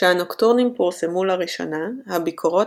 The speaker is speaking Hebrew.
כשהנוקטורנים פורסמו לראשונה הביקורות